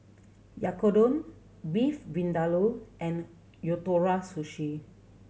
Oyakodon Beef Vindaloo and Ootoro Sushi